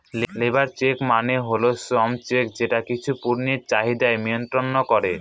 labour check মানে হল শ্রম চেক যেটা কিছু পণ্যের চাহিদা মিয়ন্ত্রন করে